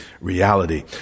reality